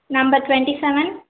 number twenty seven